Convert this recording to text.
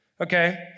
okay